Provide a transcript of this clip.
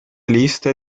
liste